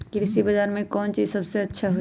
कृषि बजार में कौन चीज सबसे अच्छा होई?